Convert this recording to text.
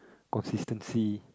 consistency